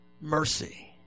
Mercy